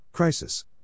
Crisis